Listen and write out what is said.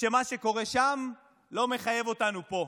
שמה שקורה שם לא מחייב אותנו פה.